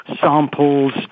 samples